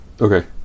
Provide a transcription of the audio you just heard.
Okay